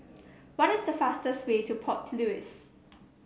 what is the fastest way to Port Louis